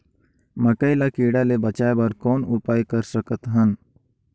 मकई ल कीड़ा ले बचाय बर कौन उपाय कर सकत हन?